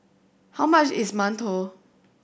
how much is mantou